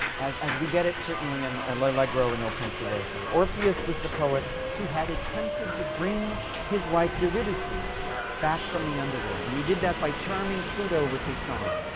as as we get it certainly in and l'allegro and il penseroso. orpheus was the poet who had attempted to bring his wife, eurydice, back from the underworld, and he did that by charming pluto with his song.